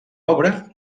obra